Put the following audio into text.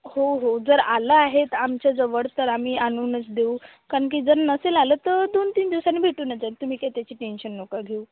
हो हो जर आलं आहेत आमच्याजवळ तर आम्ही आणूनच देऊ कारण की जर नसेल आलं तर दोन तीन दिवसांनी भेटूनच जाईल तुम्ही काही त्याची टेन्शन नका घेऊ